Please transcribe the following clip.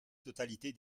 totalité